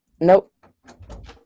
Nope